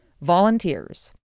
Volunteers